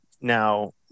now